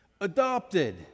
Adopted